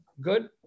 Good